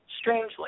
strangely